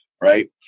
Right